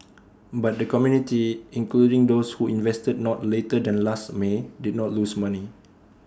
but the community including those who invested not later than last may did not lose money